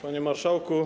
Panie Marszałku!